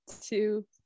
two